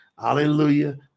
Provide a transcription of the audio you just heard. Hallelujah